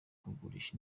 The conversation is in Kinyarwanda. kugurisha